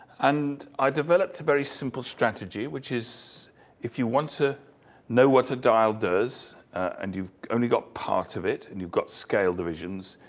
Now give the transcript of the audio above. and i developed a very simple strategy, which is if you want to know what a dial does and you've only got part of it and you've got scale divisions.